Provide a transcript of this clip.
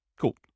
Cool